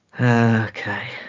Okay